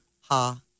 ha